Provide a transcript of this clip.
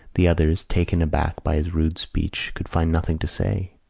the others, taken aback by his rude speech, could find nothing to say.